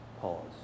Pause